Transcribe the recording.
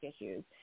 issues